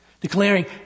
declaring